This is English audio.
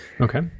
okay